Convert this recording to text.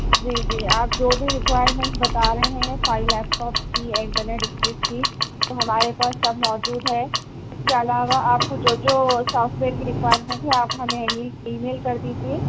جی جی آپ جو بھی ریکوائرمنٹ بتا رہے ہیں خالی لیپ ٹاپ کی انٹرنٹ اسپیڈ کی تو ہمارے پاس سب موجود ہے اس کے علاوہ آپ کو جو جو سافٹ ویئر کی ریکوائرمنٹ ہے آپ ہمیں ای میل ای میل کر دیجئے